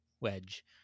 wedge